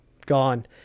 gone